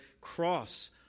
cross